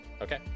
Okay